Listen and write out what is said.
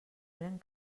eren